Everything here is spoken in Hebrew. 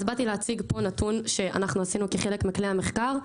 אז באתי להציג פה נתון שאנחנו עשינו מכלי המחקר.